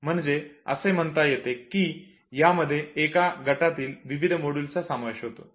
म्हणजे असे म्हणता येते की यामध्ये एका गटातील विविध मॉड्यूलचा समावेश होतो